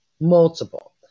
multiple